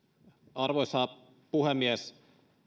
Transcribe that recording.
arvoisa puhemies